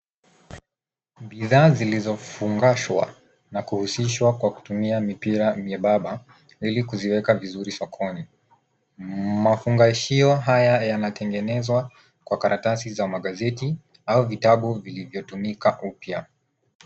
Bidhaa zilizofungashwa na kuhusishwa kwa kutumia mipira myembamba ili kuziweka vizuri sokoni. Mafungashio haya yanatengenezwa kwa karatasi za magazeti au vitabu vilivyotumika upya.